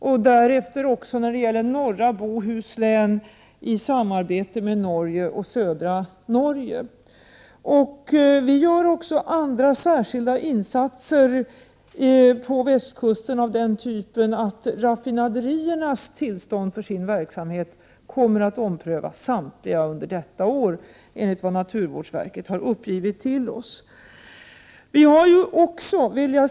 Åtgärder har dessutom satts in i norra Bohuslän, där ett samarbete sker med södra Norge. Andra särskilda insatser förekommer också på västkusten. Det kommer nämligen under detta år att ske en omprövning av samtliga där liggande raffinaderiers verksamhet, detta enligt uppgifter från naturvårdsverket.